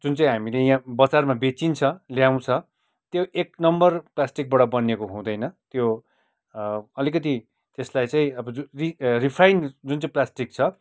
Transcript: जुन चाहिँ हामीले यहाँ बजारमा बेचिन्छ ल्याउँछ त्यो एक नम्बर प्लास्टिकबाट बनिएको हुँदैन त्यो अलिकति त्यसलाई चाहिँ अब रिफाइन जुन चाहिँ प्लास्टिक छ